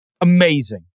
Amazing